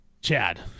Chad